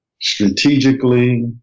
strategically